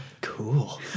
Cool